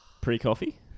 Pre-coffee